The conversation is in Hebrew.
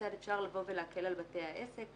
כיצד אפשר לבוא ולהקל על בתי העסק.